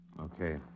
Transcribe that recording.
Okay